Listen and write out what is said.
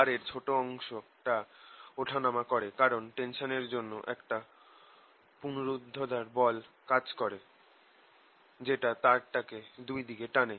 তারের ছোট অংশটা ওঠা নামা করে কারণ টেনশান এর জন্য একটা পুনরুদ্ধার বল কাজ করে যেটা তারটাকে দুই দিকে টানে